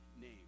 name